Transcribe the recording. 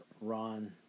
Ron